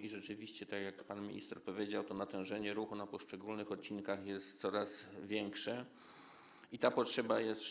I rzeczywiście, tak jak pan minister powiedział, to natężenie ruchu na poszczególnych odcinkach jest coraz większe i ta potrzeba jest